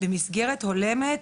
במסגרת הולמת,